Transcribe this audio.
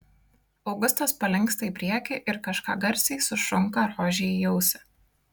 augustas palinksta į priekį ir kažką garsiai sušunka rožei į ausį